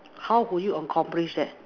how would you accomplish that